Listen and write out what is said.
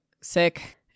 sick